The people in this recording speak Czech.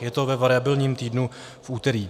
Je to ve variabilním týdnu, v úterý.